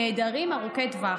"נעדרים ארוכי טווח"